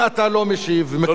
אם אתה לא משיב, לא, לא, רק רגע.